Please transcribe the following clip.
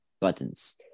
buttons